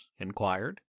inquired